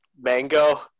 Mango